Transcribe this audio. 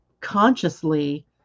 consciously